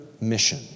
mission